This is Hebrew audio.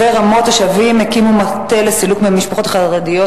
ההצעה להעביר את הנושא לוועדת הפנים והגנת הסביבה